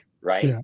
right